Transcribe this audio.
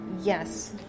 yes